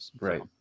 Right